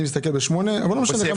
אני מסתכל בסעיף 8 אבל לא משנה.